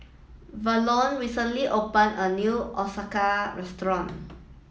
Verlon recently opened a new Ochazuke Restaurant